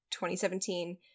2017